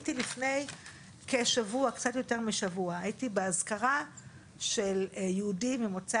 לפני קצת יותר משבוע הייתי באזכרה של יהודי ממוצא